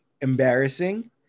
embarrassing